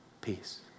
peace